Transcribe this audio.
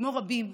כמו רבים,